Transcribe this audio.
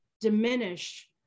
diminish